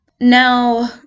Now